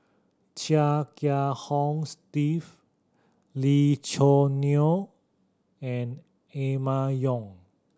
Chia Kiah Hong Steve Lee Choo Neo and Emma Yong